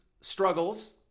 struggles